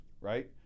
right